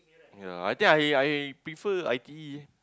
yea I think I I prefer I_T_E